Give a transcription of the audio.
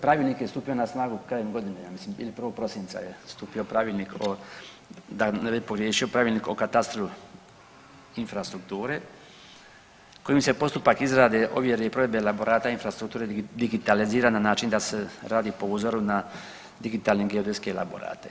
Pravilnik je stupio na snagu krajem godine ja mislim ili 1. prosinca je stupio Pravilnik o, da ne bih pogriješio, Pravilnik o katastru infrastrukture kojim se postupak izrade, ovjere i provedbe elaborata infrastrukture digitalizira na način da se radi po uzoru na digitalne geodetske elaborate.